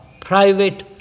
private